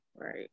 right